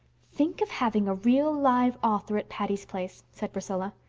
think of having a real live author at patty's place, said priscilla.